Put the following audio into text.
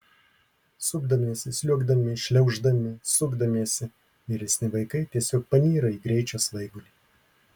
supdamiesi sliuogdami šliauždami sukdamiesi vyresni vaikai tiesiog panyra į greičio svaigulį